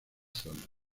zonas